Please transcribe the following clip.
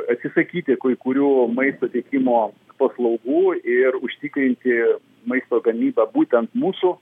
atsisakyti kai kurių maisto tiekimo paslaugų ir užtikrinti maisto gamybą būtent mūsų